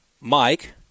Mike